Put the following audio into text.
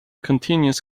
continuous